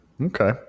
Okay